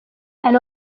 elle